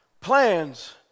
plans